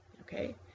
Okay